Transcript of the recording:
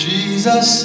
Jesus